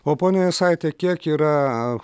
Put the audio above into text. o pone jesaiti kiek yra